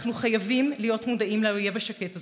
אנחנו חייבים להיות מודעים לאויב השקט הזה,